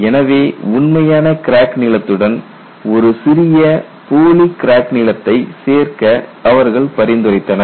எனவே உண்மையான கிராக் நீளத்துடன் ஒரு சிறிய போலி கிராக் நீளத்தை சேர்க்க அவர்கள் பரிந்துரைத்தனர்